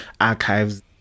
archives